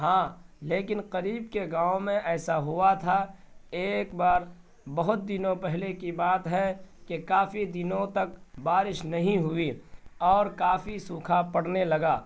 ہاں لیکن قریب کے گاؤں میں ایسا ہوا تھا ایک بار بہت دنوں پہلے کی بات ہے کہ کافی دنوں تک بارش نہیں ہوئی اور کافی سوکھا پڑنے لگا